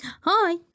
Hi